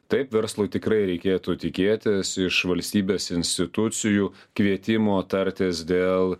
taip verslui tikrai reikėtų tikėtis iš valstybės institucijų kvietimo tartis dėl